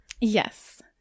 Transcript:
Yes